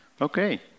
Okay